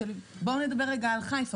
אבל בוא נדבר גם על חיפה,